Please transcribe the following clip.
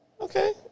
Okay